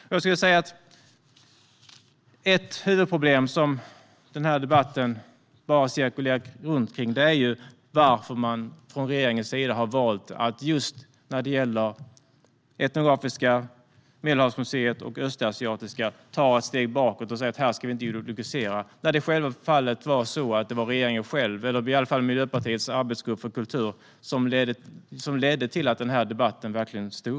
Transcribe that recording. Jag skulle vilja säga att ett huvudproblem som debatten bara cirkulerar runt är varför man från regeringens sida har valt att just när det gäller Etnografiska, Medelhavsmuseet och Östasiatiska ta ett steg bakåt och säga: Här ska vi inte ideologisera. I själva verket var det ju regeringen själv - eller i varje fall Miljöpartiets arbetsgrupp för kultur - som ledde till att debatten verkligen uppstod.